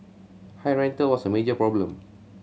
high rental was a major problem